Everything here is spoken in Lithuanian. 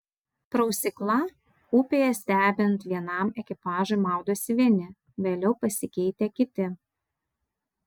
prausykla upėje stebint vienam ekipažui maudosi vieni vėliau pasikeitę kiti